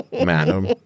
madam